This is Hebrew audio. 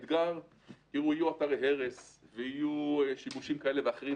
יהיו אתרי הרס ויהיו שיבושים כאלה ואחרים,